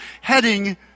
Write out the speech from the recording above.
heading